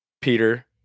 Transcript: Peter